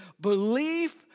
Belief